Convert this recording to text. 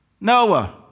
Noah